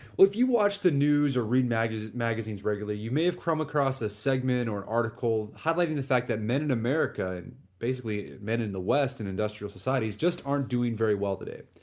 if you watch the news or read magazines magazines regularly, you may have come across the ah segment or article highlighting the fact that men in america and basically men in the west and industrial societies just aren't doing very well today.